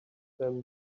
them